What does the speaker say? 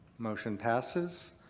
motion passes.